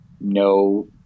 no